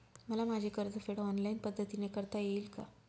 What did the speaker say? मला माझे कर्जफेड ऑनलाइन पद्धतीने करता येईल का?